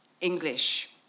English